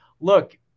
look